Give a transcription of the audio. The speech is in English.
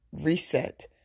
reset